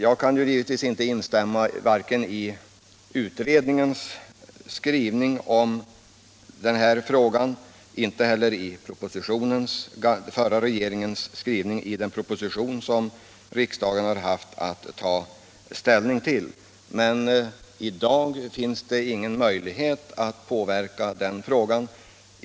Jag kan givetvis inte instämma i vare sig utredningens skrivning i den här frågan eller den förra regeringens skrivning i den proposition som riksdagen har haft att ta ställning till. Men i dag finns det ingen möjlighet att påverka den frågan.